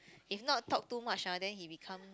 if not talk too much !huh! then he become